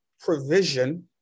provision